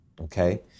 Okay